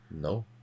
No